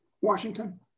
Washington